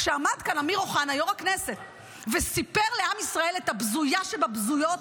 כשעמד כאן אמיר אוחנה יו"ר הכנסת וסיפר לעם ישראל את הבזויה שבבזויות,